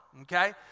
Okay